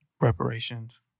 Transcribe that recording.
Reparations